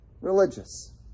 religious